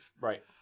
Right